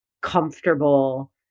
comfortable